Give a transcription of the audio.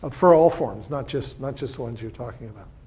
but for all forms, not just not just the ones you're talking about.